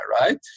right